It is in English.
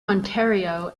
ontario